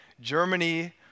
Germany